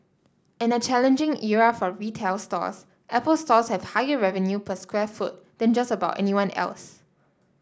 in a challenging era for retail stores Apple Stores have higher revenue per square foot than just about anyone else